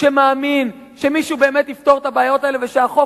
שמאמין שמישהו באמת יפתור את הבעיות האלה ושהחוק